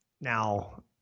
Now